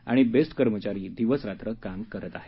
आणि बेस्ट कर्मचारी दिवसरात्र कार्यरत आहेत